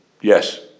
Yes